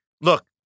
look